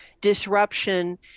disruption